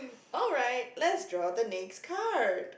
alright let's draw the next card